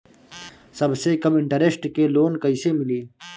सबसे कम इन्टरेस्ट के लोन कइसे मिली?